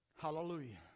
Hallelujah